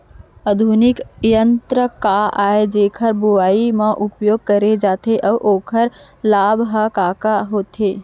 आधुनिक यंत्र का ए जेकर बुवाई म उपयोग करे जाथे अऊ ओखर लाभ ह का का होथे?